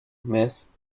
miss